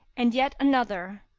and yet another,